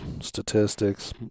statistics